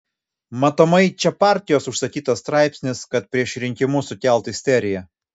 matomai čia partijos užsakytas straipsnis kad prieš rinkimus sukelt isteriją